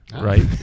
right